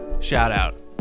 shout-out